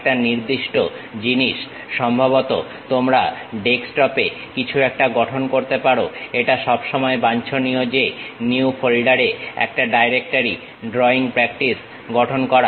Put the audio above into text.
একটা নির্দিষ্ট জিনিস সম্ভবত তোমরা ডেস্কটপ এ কিছু একটা গঠন করতে পারো এটা সব সময় বাঞ্ছনীয় যে নিউ ফোল্ডার এ একটা ডাইরেক্টরি ড্রয়িং প্রাক্টিস গঠন করা